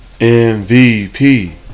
MVP